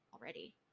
already